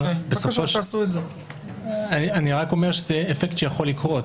אני רק אומר שזה אפקט שיכול לקרות.